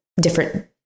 different